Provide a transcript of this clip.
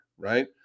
right